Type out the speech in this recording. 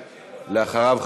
ואחריו,